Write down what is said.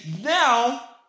Now